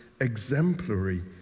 exemplary